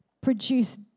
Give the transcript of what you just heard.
produce